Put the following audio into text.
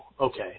okay